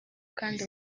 kandi